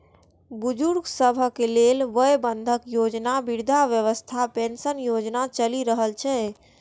बुजुर्ग सभक लेल वय बंधन योजना, वृद्धावस्था पेंशन योजना चलि रहल छै